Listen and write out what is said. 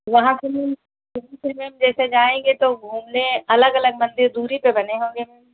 वहाँ पर मैम कहीं से मैम जैसे जाएंगे तो घूमने अलग अलग मंदिर दूरी पर बने होंगे मैम